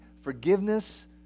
forgiveness